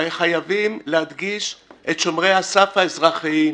חייבים להדגיש את שומרי הסעיף האזרחיים.